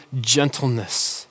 gentleness